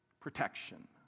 protection